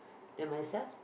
then myself